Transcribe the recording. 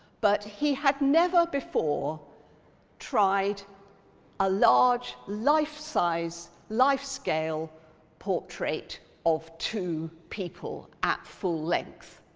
but he had never before tried a large life-size, life-scale portrait of two people at full length.